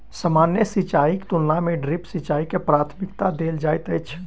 सामान्य सिंचाईक तुलना मे ड्रिप सिंचाई के प्राथमिकता देल जाइत अछि